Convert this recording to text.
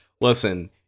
Listen